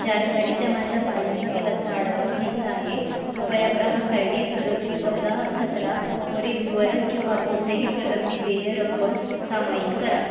जानेवारीच्या माझ्या पाण्याच्या बिलाचा आढावा घ्यायचा आहे कृपया ग्राहक आय डी सदोतीस चौदा सतरा वरील विवरण किंवा कोणतीही प्रलंबित देय रक्कम सामायिक करा